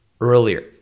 earlier